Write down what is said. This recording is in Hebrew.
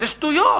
זה שטויות.